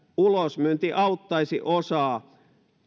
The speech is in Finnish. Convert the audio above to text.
ulosmyynti auttaisi osaa